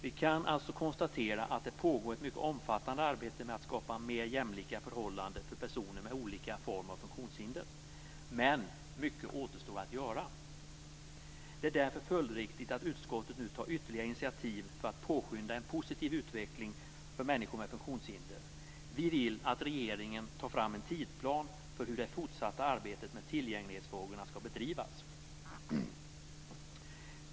Vi kan alltså konstatera att det pågår ett mycket omfattande arbete med att skapa mer jämlika förhållande för personer med olika former av funktionshinder. Men mycket återstår att göra. Det är därför följdriktig att utskottet nu tar ytterligare initiativ för att påskynda en positiv utveckling för människor med funktionshinder. Vi vill att regeringen tar fram en tidsplan för hur det fortsatta arbetet med tillgänglighetsfrågorna skall bedrivas.